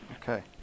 Okay